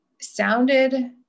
sounded